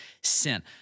sin